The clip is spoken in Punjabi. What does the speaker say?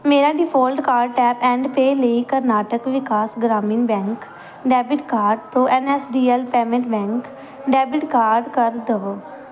ਮੇਰਾ default card tap and pay ਲਈ Karnataka Vikas Grameen bank debit card ਤੋਂ N S D L payments bank debit card ਕਰ ਦੇਵੋ